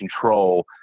control